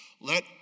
let